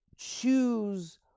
choose